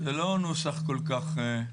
זה לא נוסח כל-כך טוב.